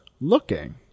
looking